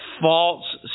false